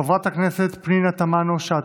חברת הכנסת פנינה תמנו שטה,